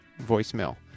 voicemail